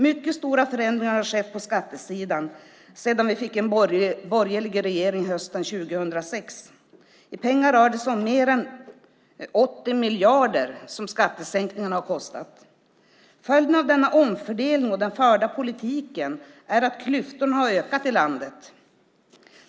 Mycket stora förändringar har skett på skattesidan sedan vi fick en borgerlig regering hösten 2006. I pengar rör det sig om mer än 80 miljarder som skattesänkningen har kostat. Följden av denna omfördelning och den förda politiken är att klyftorna har ökat i landet.